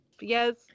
Yes